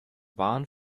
waren